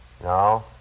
No